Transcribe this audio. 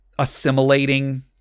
assimilating